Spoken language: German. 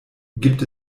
gibt